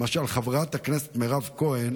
למשל, חברת הכנסת מירב כהן